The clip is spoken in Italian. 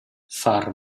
far